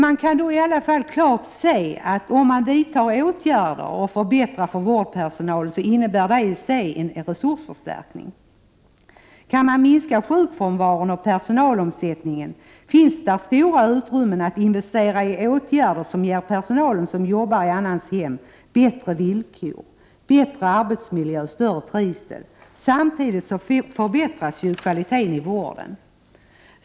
Vi kan då klart se att om man vidtar åtgärder och förbättrar för vårdpersonalen, så innebär det i sig en resursförstärkning. Kan man minska sjukfrånvaron och personalomsättningen, finns det stora utrymmen för att investera i åtgärder som ger personalen som jobbar i annans hem bättre villkor, bättre arbetsmiljö och större trivsel. Samtidigt förbättras ju kvaliteten i vården.